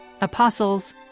apostles